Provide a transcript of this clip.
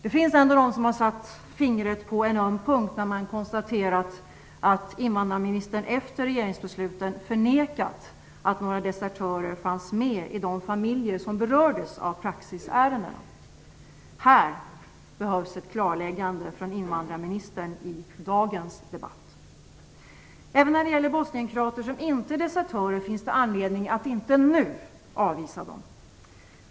En del har ändå satt fingret på en öm punkt när man konstaterat att invandrarministern efter regeringsbesluten förnekat att några desertörer fanns med i de familjer som berördes av praxisärendena. Här behövs ett klarläggande från invandrarministern i dagens debatt. Även när det gäller bosnien-kroater som inte är desertörer finns det anledning att inte nu avvisa dem.